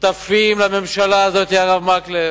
שותפים לממשלה הזאת, הרב מקלב,